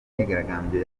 imyigaragambyo